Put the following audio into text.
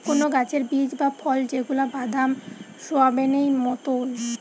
কোন গাছের বীজ বা ফল যেগুলা বাদাম, সোয়াবেনেই মতোন